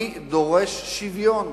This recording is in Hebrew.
אני דורש שוויון,